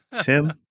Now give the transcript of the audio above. Tim